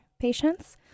patients